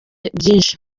byinshi